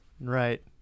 Right